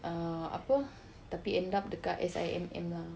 err apa tapi end up dekat S_I_M_M lah